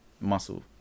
muscle